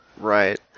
right